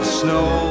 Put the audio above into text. snow